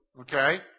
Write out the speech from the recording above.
Okay